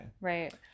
right